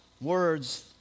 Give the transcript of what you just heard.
words